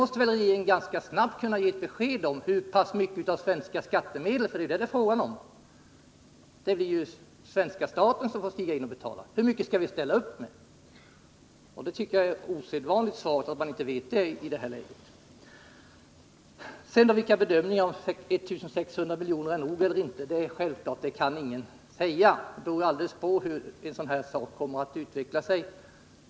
Regeringen måste ganska snabbt kunna ge besked om hur pass mycket av svenska skattemedel — det blir ju svenska staten som får gå in och betala — vi skall ställa upp med. Det är osedvanligt svagt att man i det här läget inte vet det. Självfallet kan ingen bedöma om 1 600 milj.kr. är nog eller inte. Det beror ju alldeles på utvecklingen.